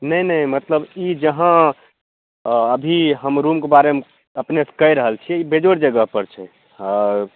नहि नहि मतलब ई जहाँ अभी हम रुमके बारेमे अपनेके कहि रहल छी जे बेजोड़ जगह पर छै हँ